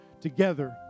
together